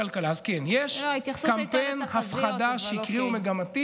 אחד הקבלנים הכי גדולים במנהטן.